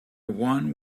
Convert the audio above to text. one